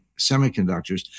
semiconductors